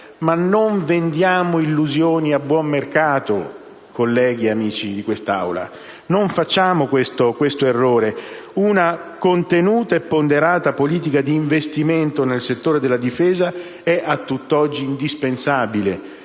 ma non vendiamo illusioni a buon mercato, colleghi e amici di quest'Aula. Non facciamo questo errore. Una contenuta e ponderata politica di investimenti nel settore della difesa è a tutt'oggi indispensabile.